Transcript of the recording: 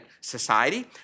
society